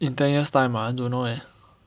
in ten years time ah I don't know eh